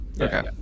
okay